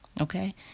okay